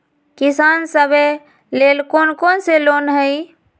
किसान सवे लेल कौन कौन से लोने हई?